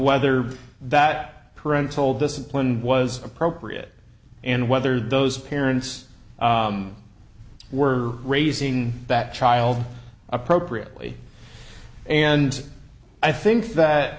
whether that parental discipline was appropriate and whether those parents were raising that child appropriately and i think that